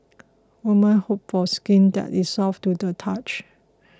women hope for skin that is soft to the touch